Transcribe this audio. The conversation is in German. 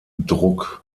druck